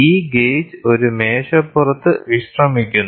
ഈ ഗേജ് ഒരു മേശപ്പുറത്ത് വിശ്രമിക്കുന്നു